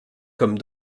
comme